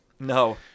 no